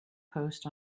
post